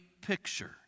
picture